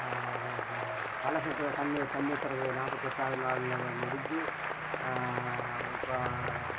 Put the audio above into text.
கலசத்தில் தண்ணி தண்ணி ஊத்துறது நாற்பத்தெட்டாவது நாள் முடிஞ்சு இப்போ